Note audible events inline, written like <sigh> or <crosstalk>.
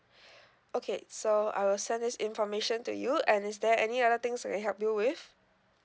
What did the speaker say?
<breath> okay so I will send this information to you and is there any other things I can help you with